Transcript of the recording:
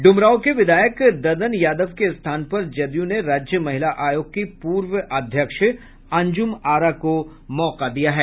ड्मरांव के विधायक ददन यादव के स्थान पर जदयू ने राज्य महिला आयोग की पूर्व अध्यक्ष अंजुम आरा को मौका दिया है